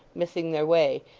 missing their way,